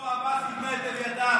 מנסור עבאס יבנה את אביתר.